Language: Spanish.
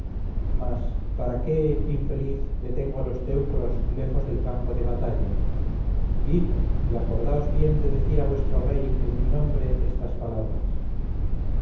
mas para qué infeliz detengo a los teucros lejos del campo de batalla id y acordaos bien de decir a vuestro rey en mi nombre estas palabras